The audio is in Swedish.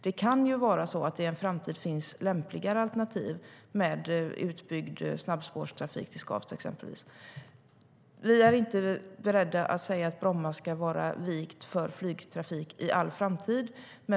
Det kan i en framtid finnas lämpligare alternativ, exempelvis utbyggd snabbspårstrafik till Skavsta.Vi är inte beredda att säga att Bromma ska vara vikt för flygtrafik i all framtid.